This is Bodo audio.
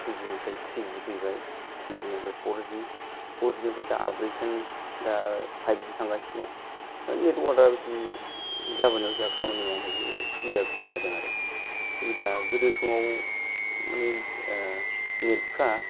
टुजिनिफ्राय थ्रिजि फैबाय थ्रिजिनिफ्राय फरजि फरजिनिफ्राय दा आपग्रेडेसन दा फाइभजि थांगासिनो दं नेटवर्कआ बिदि जाबोनायाव जोंहा खामानियावबो सुबिदासिन जादों आरो सुबिदा गोदो समाव मानि नेटफ्रा